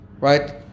right